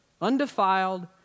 undefiled